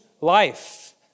life